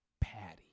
Patty